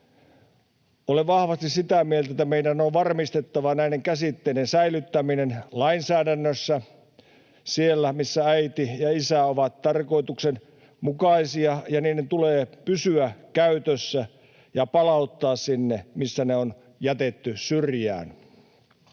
Olen vahvasti sitä mieltä, että meidän on varmistettava näiden käsitteiden säilyttäminen lainsäädännössä — siellä, missä ”äiti” ja ”isä” ovat tarkoituksenmukaisia — ja niiden tulee pysyä käytössä ja palautua sinne, missä ne on jätetty syrjään.